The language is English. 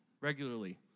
regularly